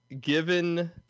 given